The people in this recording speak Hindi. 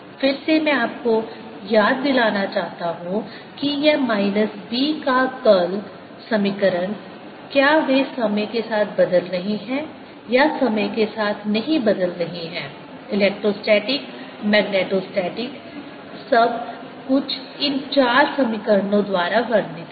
फिर से मैं आपको याद दिलाना चाहता हूं कि यह माइनस B का कर्ल समीकरण क्या वे समय के साथ बदल रहे हैं या समय के साथ नहीं बदल रहे हैं इलेक्ट्रोस्टैटिक मैग्नेटोस्टैटिक सब कुछ इन चार समीकरणों द्वारा वर्णित है